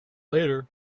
later